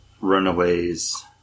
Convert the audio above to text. Runaways